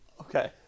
Okay